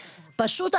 פשוט,